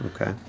okay